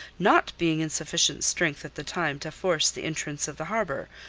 not being in sufficient strength at the time to force the entrance of the harbour,